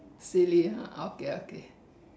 silly ah okay okay